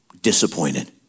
disappointed